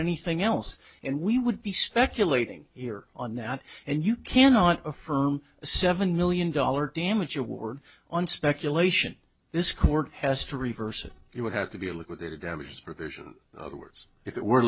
anything else and we would be speculating here on that and you cannot affirm a seven million dollars damage award on speculation this court has to reverse it it would have to be liquidated damages provision other words if it were